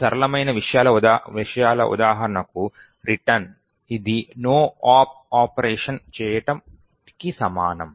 సరళమైన విషయాల ఉదాహరణకు రిటర్న్ ఇది నో ఆప్ ఆపరేషన్ చేయటానికి సమానం